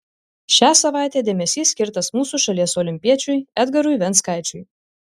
šią savaitę dėmesys skirtas mūsų šalies olimpiečiui edgarui venckaičiui